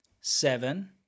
seven